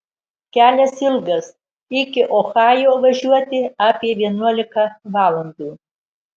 kelias ilgas iki ohajo važiuoti apie vienuolika valandų